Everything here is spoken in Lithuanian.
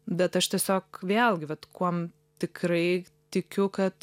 bet aš tiesiog vėlgi vat kuom tikrai tikiu kad